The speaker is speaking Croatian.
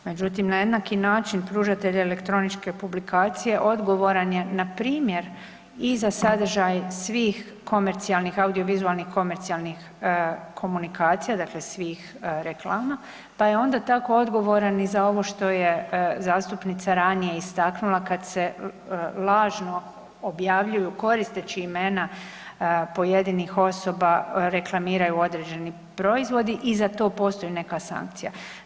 Međutim, na jednaki način pružatelj elektroničke publikacije odgovoran je na primjer i sa sadržaj svih komercijalnih audio-vizualnih komercijalnih komunikacija, dakle svih reklama, pa je onda tako odgovoran i za ovo što je zastupnica ranije istaknula kad se lažno objavljuju koristeći imena pojedinih osoba reklamiraju određeni proizvodi i za to postoji neka sankcija.